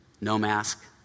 no-mask